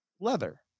leather